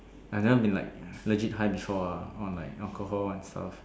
I never been like allergic times before eh on like alcohol oneself